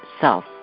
Self